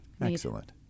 Excellent